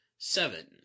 Seven